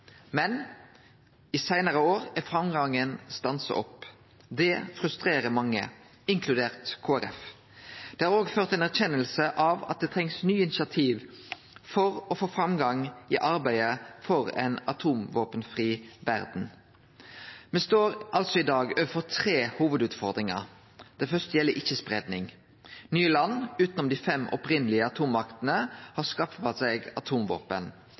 Men i seinare år har framgangen stansa opp. Det frustrerer mange – inkludert Kristeleg Folkeparti. Det har òg ført til ei erkjenning av at det trengst nye initiativ for å få framgang i arbeidet for ei atomvåpenfri verd. Me står altså i dag overfor tre hovudutfordringar. Den første gjeld ikkje-spreiing. Nye land utanom dei fem opphavlege atommaktene har skaffa seg atomvåpen.